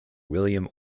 william